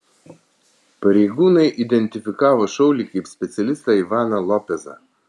pareigūnai identifikavo šaulį kaip specialistą ivaną lopezą